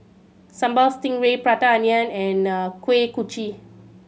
Sambal Stingray Prata Onion and Kuih Kochi